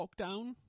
lockdown